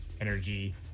energy